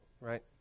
right